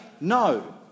No